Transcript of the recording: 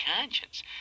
conscience